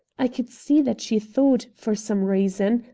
i could see that she thought, for some reason,